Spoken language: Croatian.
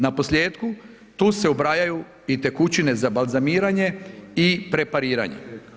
Naposljetku, tu se ubrajaju i tekućine za balzamiranje i prepariranje.